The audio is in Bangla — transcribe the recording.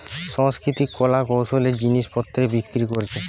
সাংস্কৃতিক কলা কৌশলের জিনিস পত্রকে বিক্রি কোরছে